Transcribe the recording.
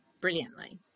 brilliantly